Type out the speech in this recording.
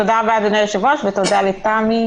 תודה רבה, אדוני היושב-ראש, ותודה לתמי,